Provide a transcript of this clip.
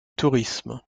tourisme